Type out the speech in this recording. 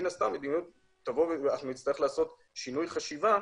נצטרך לעשות שינוי חשיבה